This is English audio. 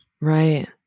Right